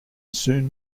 soon